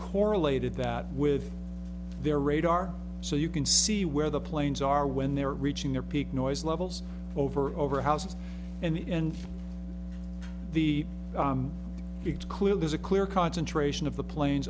correlated that with their radar so you can see where the planes are when they're reaching their peak noise levels over over houses and the it clearly is a clear concentration of the planes